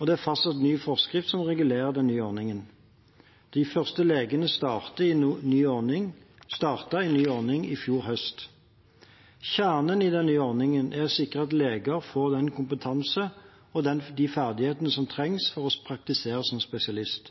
og det er fastsatt ny forskrift som regulerer den nye ordningen. De første legene startet i ny ordning i fjor høst. Kjernen i den nye ordningen er å sikre at leger får den kompetansen og de ferdighetene som trengs for å praktisere som spesialist.